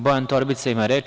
Bojan Torbica ima reč.